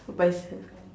go buy